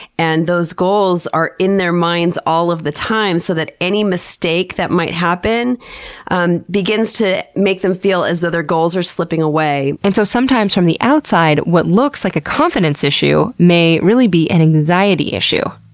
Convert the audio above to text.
and those goals are in their mind all of the time so that any mistake that might happen um begins to make them feel as though their goals are slipping away. and so sometimes from the outside, what looks like a confidence issue may really be an anxiety issue.